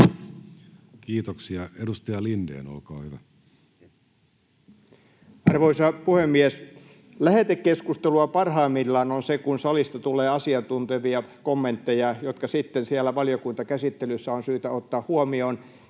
muuttamisesta Time: 14:50 Content: Arvoisa puhemies! Lähetekeskustelua parhaimmillaan on se, kun salista tulee asiantuntevia kommentteja, jotka sitten siellä valiokuntakäsittelyssä on syytä ottaa huomioon.